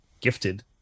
gifted